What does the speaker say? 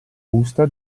busta